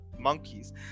monkeys